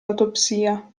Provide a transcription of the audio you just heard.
autopsia